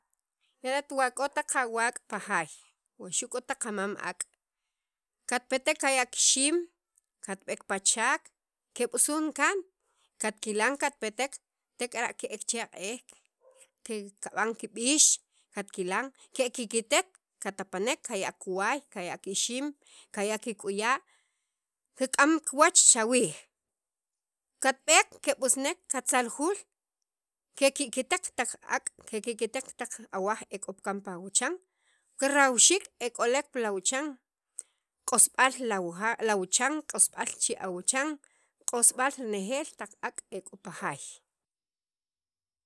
Era'at wa k'o taq awak' pa jaay wuxu' k'o taq a mam ak' katpetek kaya' kixiim katb'eek pa chaak keb'usun kan katkilan katpetek tek'era' ke'ek che aq'ej ki kab'an kib'iix katkilan kekikitek katapanek kaya' kiwaay kaya' kixiim kaya' kik'uya' kik'am kiwach chawiij katb'eek keb'usnek katzaljul kekikitek taq ak' kekikitek taq awaj ek'o kan pa awuchan ki rawxik ek'olek pi lawchan q'osb'al lawuja lawuchan k'osb'al chi' awuchan q'osb'al nejel taq ak' ek'o pa jaay.